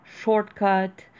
shortcut